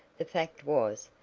the fact was,